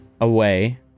away